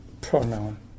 pronoun